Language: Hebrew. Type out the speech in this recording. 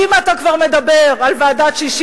ואם אתה כבר מדבר על ועדת-ששינסקי,